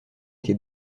été